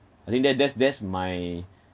I think that that's that's my